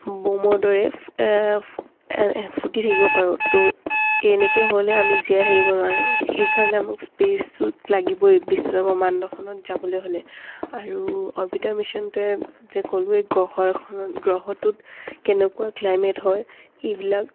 ব'মৰ দৰে ফুটি থাকিব পাৰোঁ ত' এনেকৈ হ'লে আমি জীয়াই থাকিব নোৱাৰোঁ সেইকাৰণে আমাক স্পেচটোত লাগিবই বিশ্ব ব্ৰহ্মাণ্ডখনত যাবলৈ হ'লে আৰু অবিটাৰ মিচনটোৱে যে ক'লোঁৱে গ্ৰহএখনত গ্ৰহটোত কেনেকুৱা ক্লাইমেট হয় এইবিলাক